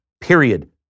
period